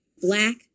black